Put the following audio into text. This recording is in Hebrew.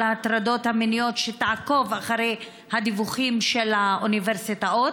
ההטרדות המיניות שתעקוב אחרי הדיווחים של האוניברסיטאות,